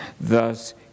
thus